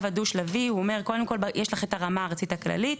הדו שלבי הוא אומר קודם יש לך את הרמה הארצית הכללית